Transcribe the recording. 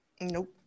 Nope